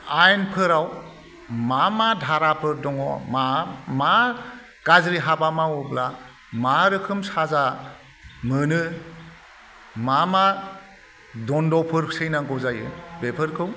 आयेनफोराव मा मा धाराफोर दङ मा मा गाज्रि हाबा मावोब्ला मा रोखोम साजा मोनो मा मा दन्द'फोर सैनांगौ जायो बेफोरखौ